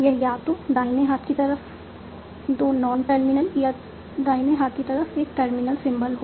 यह या तो दाहिने हाथ की तरफ 2 नॉन टर्मिनल या दाहिने हाथ की तरफ एक टर्मिनल सिंबल हो